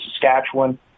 Saskatchewan